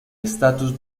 estatus